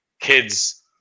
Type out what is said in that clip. kids